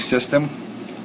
system